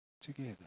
Together